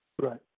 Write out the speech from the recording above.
Right